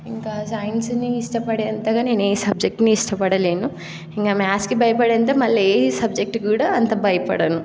ఇంకా సైన్స్ని ఇష్టపడే అంతగా నేను ఏ సబ్జెక్ట్ని ఇష్టపడలేను ఇంకా మ్యాథ్స్కి భయపడే అంతా మళ్ళీ ఏ సబ్జెక్ట్ కూడా అంత భయపడను